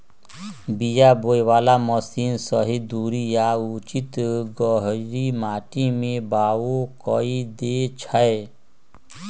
बीया बोय बला मशीन सही दूरी आ उचित गहीर माटी में बाओ कऽ देए छै